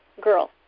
Girl